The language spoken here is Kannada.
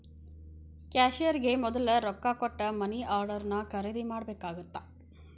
ಕ್ಯಾಶಿಯರ್ಗೆ ಮೊದ್ಲ ರೊಕ್ಕಾ ಕೊಟ್ಟ ಮನಿ ಆರ್ಡರ್ನ ಖರೇದಿ ಮಾಡ್ಬೇಕಾಗತ್ತಾ